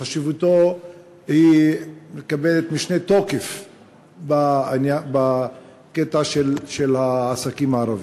חשיבותו מקבלת משנה-תוקף בקטע של העסקים הערבים.